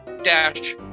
Dash